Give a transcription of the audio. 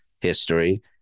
history